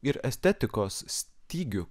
ir estetikos stygių